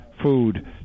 food